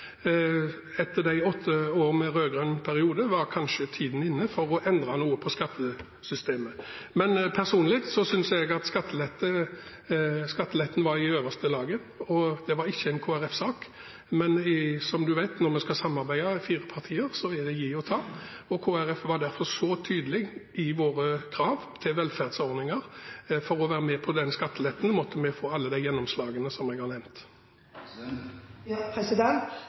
Etter perioden med åtte rød-grønne år var kanskje tiden inne for å endre noe på skattesystemet. Personlig synes jeg at skatteletten var i største laget, og det var ikke en Kristelig Folkeparti-sak, men som man vet, når fire partier skal samarbeide, er det gi og ta. Kristelig Folkeparti var derfor tydelig i sine krav til velferdsordninger: For å bli med på den skatteletten måtte vi få alle de gjennomslagene som jeg har nevnt.